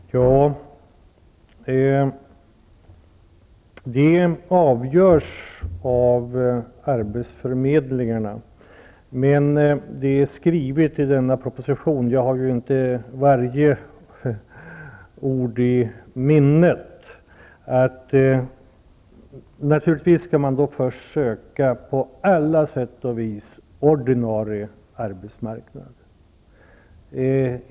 Herr talman! Detta avgörs av arbetsförmedlingarna. Jag har inte varje ord i propositionen i minnet, men där står skrivet att man naturligtvis först skall söka på alla sätt och vis på ordinarie arbetsmarknad.